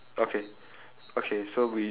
then after that is the park